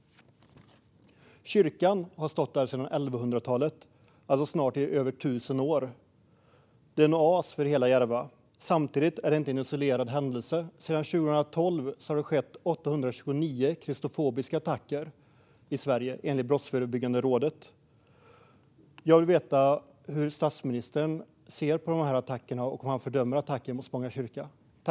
Kyrkan har stått där sedan 1100-talet, i snart över tusen år, och den är en oas för hela Järva. Samtidigt är det inte fråga om en isolerad händelse. Sedan 2012 har det skett 829 kristofobiska attacker i Sverige, enligt Brottsförebyggande rådet. Jag vill veta hur statsministern ser på attackerna och om han fördömer attacken mot Spånga kyrka.